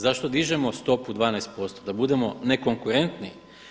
Zašto dižemo stopu 12%, da budemo nekonkurentni?